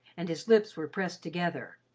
and his lips were pressed together,